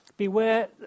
Beware